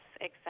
Yes